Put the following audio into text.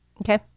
Okay